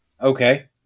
Okay